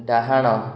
ଡାହାଣ